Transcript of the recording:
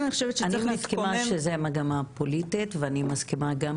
אני מסכימה שזה מגמה פוליטית ואני מסכימה גם